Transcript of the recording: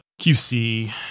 QC